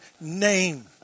name